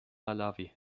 malawi